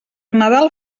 nadal